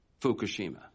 Fukushima